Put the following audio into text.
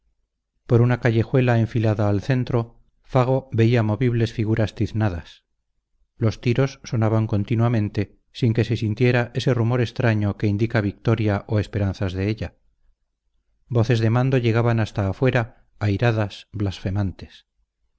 por una callejuela enfilada al centro fago veía movibles figuras tiznadas los tiros sonaban continuamente sin que se sintiera ese rumor extraño que indica victoria o esperanzas de ella voces de mando llegaban hasta afuera airadas blasfemantes